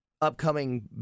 upcoming